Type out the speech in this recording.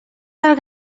del